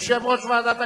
וכבוד האדם וחירותו,